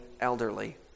elderly